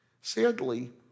Sadly